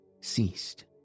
ceased